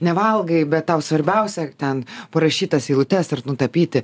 nevalgai bet tau svarbiausia ten parašyt tas eilutes ir nutapyti